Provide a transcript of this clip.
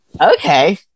Okay